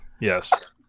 yes